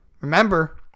remember